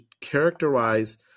characterize